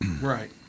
Right